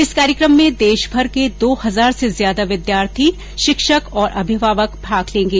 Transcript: इस कार्यक्रम में देश भर के दो हजार से ज्यादा विद्यार्थी शिक्षक और अभिभावक भाग लेंगे